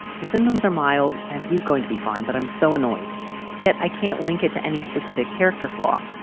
his symptoms are mild and he's going to be fine. but i'm so annoyed yet i can't link it to any specific character flaw.